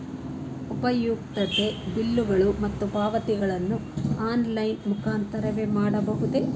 ಉಪಯುಕ್ತತೆ ಬಿಲ್ಲುಗಳು ಮತ್ತು ಪಾವತಿಗಳನ್ನು ಆನ್ಲೈನ್ ಮುಖಾಂತರವೇ ಮಾಡಬಹುದೇ?